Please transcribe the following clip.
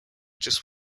just